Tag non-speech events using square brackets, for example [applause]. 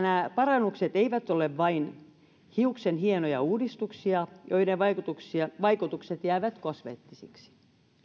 [unintelligible] nämä parannukset eivät ole vain hiuksenhienoja uudistuksia joiden vaikutukset jäävät kosmeettisiksi